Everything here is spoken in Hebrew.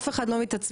אף אחד לא מתעצבן.